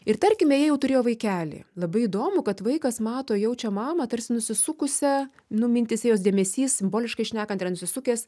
ir tarkime jie jau turėjo vaikelį labai įdomu kad vaikas mato jaučia mamą tarsi nusisukusią nu mintyse jos dėmesys simboliškai šnekant yra nusisukęs